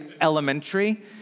elementary